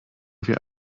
wir